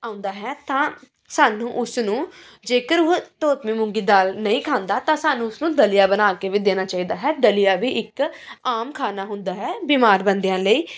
ਆਉਂਦਾ ਹੈ ਤਾਂ ਸਾਨੂੰ ਉਸ ਨੂੰ ਜੇਕਰ ਉਹ ਧੋਤਵੀ ਮੂੰਗੀ ਦਾਲ ਨਹੀਂ ਖਾਂਦਾ ਤਾਂ ਸਾਨੂੰ ਉਸਨੂੰ ਦਲੀਆ ਬਣਾ ਕੇ ਵੀ ਦੇਣਾ ਚਾਹੀਦਾ ਹੈ ਦਲੀਆ ਵੀ ਇੱਕ ਆਮ ਖਾਣਾ ਹੁੰਦਾ ਹੈ ਬਿਮਾਰ ਬੰਦਿਆਂ ਲਈ